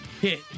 hit